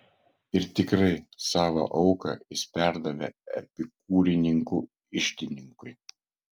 ir tikrai savo auką jis perdavė epikūrininkų iždininkui